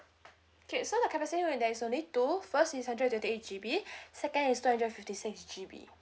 okay so the capacity when there is only two first is hundred and twenty eight G_B second is two hundred and fifty six G_B